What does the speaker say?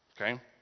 okay